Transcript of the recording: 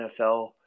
nfl